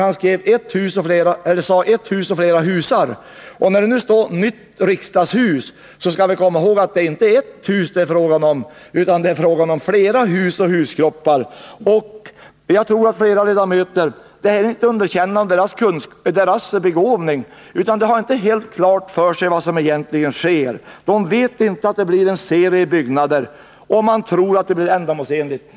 Han sade emellertid ett hus och flera husar. Om vi nu läser ”nytt riksdagshus”, skall vi komma ihåg att det inte är fråga om ett hus utan om flera hus och huskroppar. Många riksdagsledamöter — och det här är inte att underkänna deras begåvning — har säkert inte helt klart för sig vad som egentligen sker. De känner inte till att det blir en serie byggnader. Och man tror att det blir ändamålsenligt.